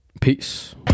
Peace